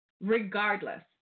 Regardless